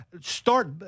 start